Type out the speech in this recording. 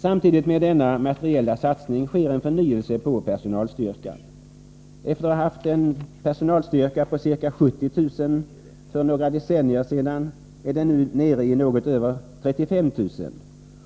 Samtidigt med denna materiella satsning sker en förnyelse i fråga om personalstyrkan — efter att för några decennier sedan ha haft en personalstyrka på ca 70 000 är man nu nere i något över 35 000,